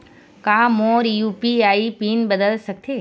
का मोर UPI PIN बदल सकथे?